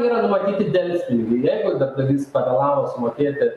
yra numatyti delspinigiai jeigu darbdavys pavėlavo sumokėti